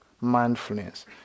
mindfulness